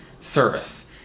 service